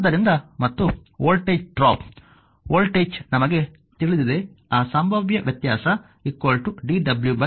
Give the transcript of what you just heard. ಆದ್ದರಿಂದ ಮತ್ತು voltage drop voltage ನಮಗೆ ತಿಳಿದಿದೆ ಆ ಸಂಭಾವ್ಯ ವ್ಯತ್ಯಾಸ dw dq